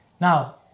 Now